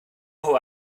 who